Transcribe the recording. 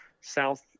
south